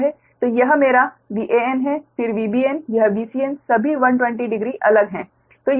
तो यह मेरा VAn है फिर VBn यह VCn सभी 120 डिग्री अलग है